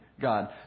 God